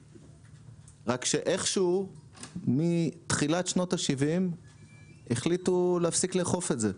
רק שאיכשהו מתחילת שנות השבעים החליטו להפסיק לאכוף את זה.